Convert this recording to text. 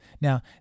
Now